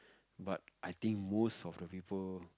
but I think most of the people